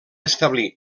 establir